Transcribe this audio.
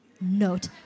note